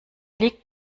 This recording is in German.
liegt